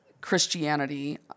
Christianity